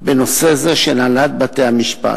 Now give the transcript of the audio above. בנושא זה של הנהלת בתי-המשפט.